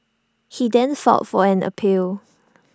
he then filed fall an appeal